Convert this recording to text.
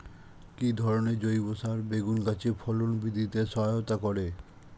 কি ধরনের জৈব সার বেগুন গাছে ফলন বৃদ্ধিতে সহায়তা করে?